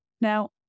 Now